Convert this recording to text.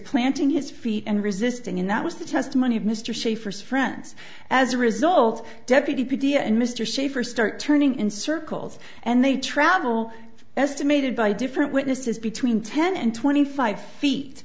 planting his feet and resisting and that was the testimony of mr schieffer friends as a result deputy pedia and mr schieffer start turning in circles and they travel estimated by different witnesses between ten and twenty five feet